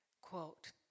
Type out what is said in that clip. quote